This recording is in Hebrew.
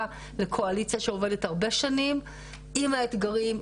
לקואליציה שעובדת הרבה שנים עם האתגרים,